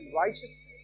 righteousness